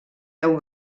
deu